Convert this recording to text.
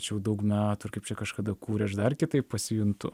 čia jau daug metų ir kaip čia kažkada kūrė aš dar kitaip pasijuntu